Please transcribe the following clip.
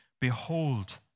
Behold